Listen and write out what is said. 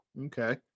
Okay